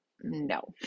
no